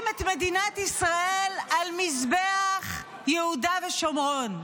את מדינת ישראל על מזבח יהודה ושומרון.